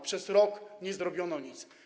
Przez rok nie zrobiono nic.